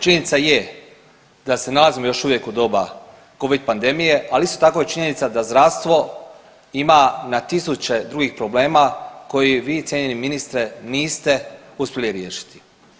Činjenica je da se nalazimo još uvijek u doba covid pandemije, ali isto tako je činjenica da zdravstvo ima na tisuće drugih problema koji vi cijenjeni ministre niste uspjeli riješiti.